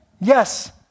Yes